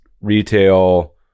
retail